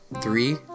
three